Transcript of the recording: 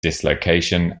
dislocation